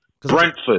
Brentford